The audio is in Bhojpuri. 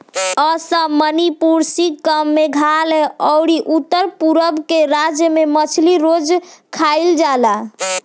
असम, मणिपुर, सिक्किम, मेघालय अउरी उत्तर पूरब के राज्य में मछली रोज खाईल जाला